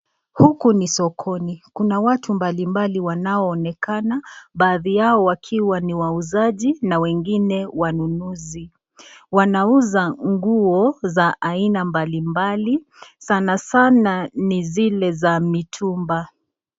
Huku ni sokoni. Kuna watu mbali mbali wanao onekana baadhi yao wakiwa ni wauzaji na wengine wanunuzi. Wanauza nguo za aina mbali mbali sanasana ni zile za mitumba.